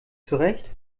zurecht